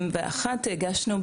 הגשנו,